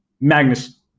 Magnus